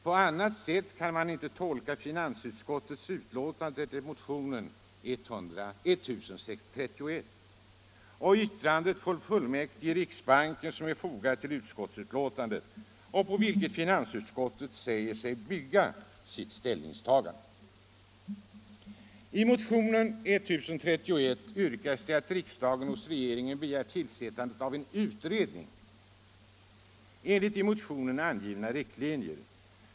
På annat sätt kan man inte tolka finansutskottets betänkande över motionen 1031 och det yttrande från fullmäktige i riksbanken som är fogat till betänkandet och på vilket finansutskottet säger sig bygga sitt ställningstagande. I motionen 1031 yrkas att riksdagen hos regeringen begär tillsättandet av en utredning enligt i motionen angivna riktlinjer.